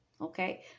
Okay